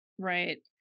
Right